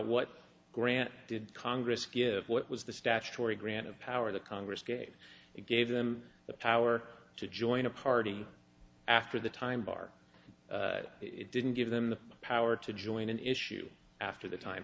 what grant did congress give what was the statutory grant of power the congress gave it gave them the power to join a party after the time bar it didn't give them the power to join an issue after the time